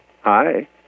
Hi